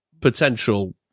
potential